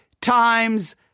times